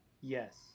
Yes